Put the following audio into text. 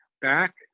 back